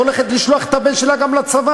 שגם הולכת לשלוח את הבן שלה לצבא,